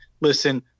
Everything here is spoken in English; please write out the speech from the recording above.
listen